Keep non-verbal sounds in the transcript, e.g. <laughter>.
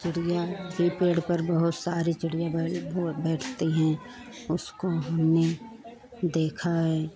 चिड़िया भी पेड़ पर बहुत सारी चिड़िया बैठ <unintelligible> बैठती हैं उसको हमने देखा है